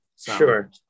Sure